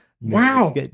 wow